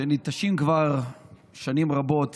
שניטש בהם ויכוח כבר שנים רבות